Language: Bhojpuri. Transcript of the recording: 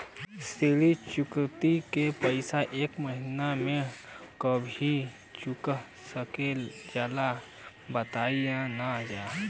ऋण चुकौती के पैसा एक महिना मे कबहू चुका सकीला जा बताईन जा?